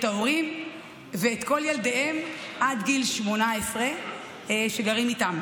ההורים ואת כל ילדיהם עד גיל 18 שגרים איתם,